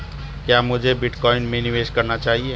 क्या मुझे बिटकॉइन में निवेश करना चाहिए?